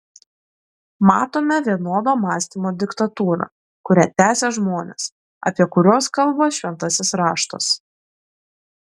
matome vienodo mąstymo diktatūrą kurią tęsia žmonės apie kuriuos kalba šventasis raštas